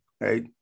right